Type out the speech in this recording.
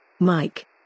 Mike